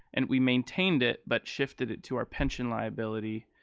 and we maintained it, but shifted it to our pension liability.